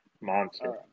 Monster